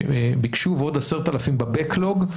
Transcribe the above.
שביקשו ועוד 10,000 ב-backlog.